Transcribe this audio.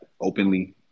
Openly